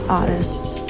artists